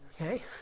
Okay